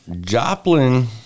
Joplin